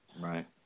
right